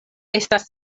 estas